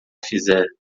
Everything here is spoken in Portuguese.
fizer